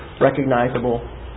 recognizable